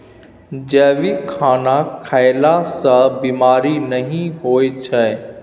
जैविक खाना खएला सँ बेमारी नहि होइ छै